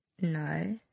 No